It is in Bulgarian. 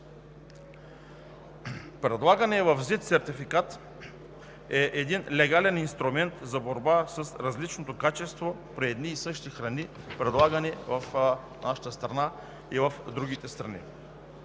Предлаганият в ЗИД сертификат е един легален инструмент за борба с различното качество при едни и същи храни, предлагани в нашата страна и в другите страни.